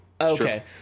Okay